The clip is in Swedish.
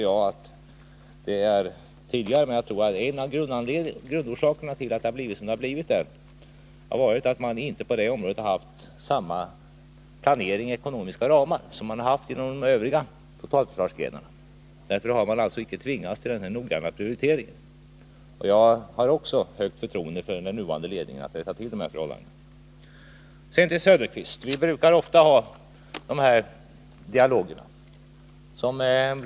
Jag tror att en av grundorsakerna till att det blivit som det blivit är att man på det området inte har haft samma planering och ekonomiska ramar som man haft inom de övriga totalförsvarsgrenarna. Därför har man alltså inom överstyrelsen för ekonomiskt försvar inte tvingats till samma noggranna prioritering. Jag har också stort förtroende för den nuvarande ledningen och för dess möjligheter att rätta till förhållandena. Sedan till Oswald Söderqvist.